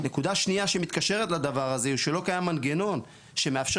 נקודה שניה שמתקשרת לדבר הזה שלא קיים מנגנון שמאפשר